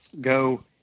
go